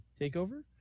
TakeOver